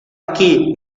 aquí